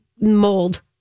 mold